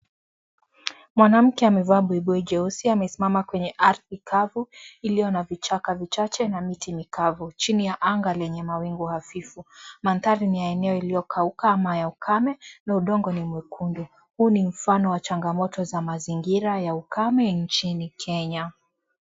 Mwanamke amevaa buibui jeusi amesimama kwenye ardhi kavu iliyo na vichaka vichache na miti mikavu, chini ya anga lenye mawingu hafifu mandhari ni ya eneo ilio kauka na ya ukame na udongo ni mwekundu huu ni changamoto za mazingira ya ukame nchini Kenya.